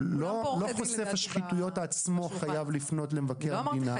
לפי החוק לא חושף השחיתויות עצמו חייב לפנות למבקר המדינה,